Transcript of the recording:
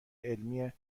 علمی